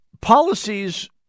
policies